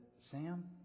Sam